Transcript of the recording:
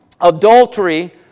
adultery